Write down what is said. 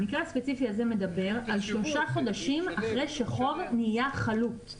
המקרה הספציפי הזה מדבר על שלושה חודשים אחרי שחוב נהיה חלוט.